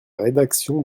rédaction